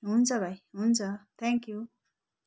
हुन्छ भाइ हुन्छ थ्याङ्कयू